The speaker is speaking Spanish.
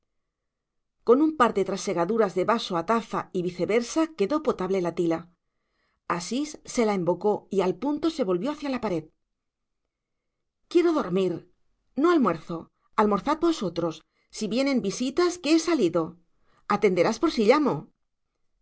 con un par de trasegaduras de vaso a taza y viceversa quedó potable la tila asís se la embocó y al punto se volvió hacia la pared quiero dormir no almuerzo almorzad vosotros si vienen visitas que he salido atenderás por si llamo